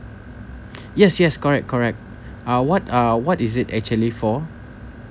yes yes correct correct uh what are what is it actually for